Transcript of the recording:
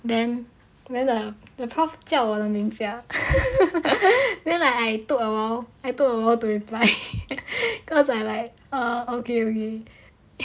then then the prof 叫我的名字一下 then like I took awhile I took awhile to reply cause I like err okay okay